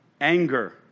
anger